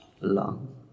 long